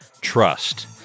trust